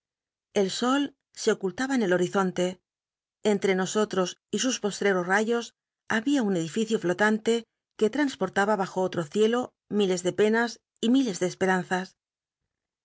el sol se ocultaba en el hol'izontc entre nosotros y sus poshc os rayos babia un edificio flotante que transportaba bajo otro cielo miles de penas y mi les de cspeeanzas